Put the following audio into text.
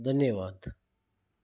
धन्यवादु